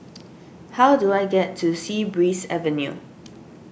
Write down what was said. how do I get to Sea Breeze Avenue